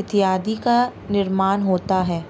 इत्यादि का निर्माण होता है